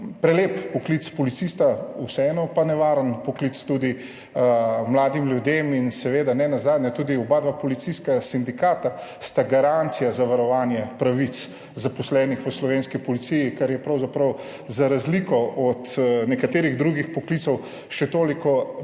prelep poklic policista, vseeno pa nevaren poklic, tudi mladim ljudem. In seveda sta nenazadnje tudi oba policijska sindikata garancija za varovanje pravic zaposlenih v slovenski policiji, kar je pravzaprav za razliko od nekaterih drugih poklicev še toliko bolj